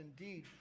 indeed